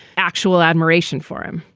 actual admiration for him.